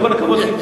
עם כל הכבוד להן,